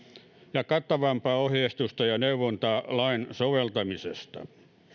ja kattavampaa ohjeistusta ja neuvontaa lain soveltamisesta